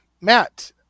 Matt